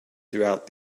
throughout